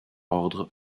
ordre